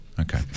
Okay